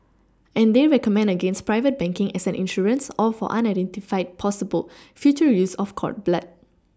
and they recommend against private banking as an insurance or for unidentified possible future use of cord blood